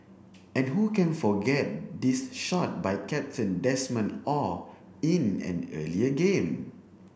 and who can forget this shot by captain Desmond Oh in an earlier game